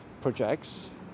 projects